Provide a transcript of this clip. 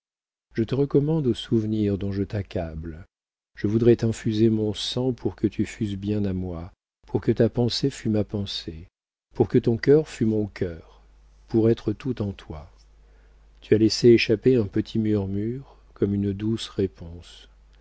je te recommande aux souvenirs dont je t'accable je voudrais t'infuser mon sang pour que tu fusses bien à moi pour que ta pensée fût ma pensée pour que ton cœur fût mon cœur pour être tout en toi tu as laissé échapper un petit murmure comme une douce réponse